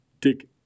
dick